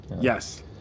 Yes